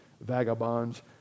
vagabonds